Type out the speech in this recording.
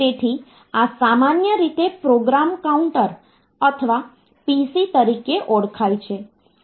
તેથી આ સામાન્ય રીતે પ્રોગ્રામ કાઉન્ટર અથવા PC તરીકે ઓળખાય છે